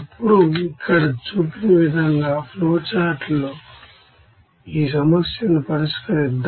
ఇప్పుడు ఇక్కడ చూపిన విధంగా ఫ్లోచార్ట్తో ఈ సమస్యను పరిష్కరిద్దాం